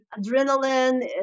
adrenaline